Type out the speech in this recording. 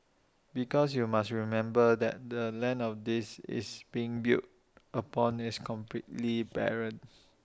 because you must remember that the land of this is being built upon is completely barren